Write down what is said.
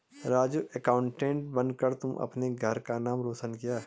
Raju accountant बनकर तुमने अपने घर का नाम रोशन किया है